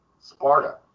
Sparta